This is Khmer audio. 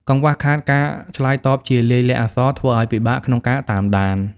កង្វះខាតការឆ្លើយតបជាលាយលក្ខណ៍អក្សរ ធ្វើឱ្យពិបាកក្នុងការតាមដាន។